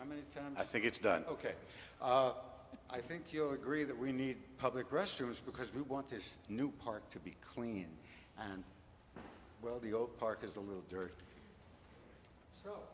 time i think it's done ok i think you'll agree that we need public restrooms because we want this new park to be clean and well the oh park is a little dirt